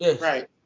Right